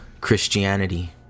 Christianity